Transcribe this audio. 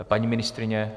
Paní ministryně?